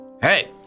hey